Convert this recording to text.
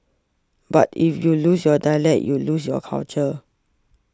but if you lose your dialect you lose your culture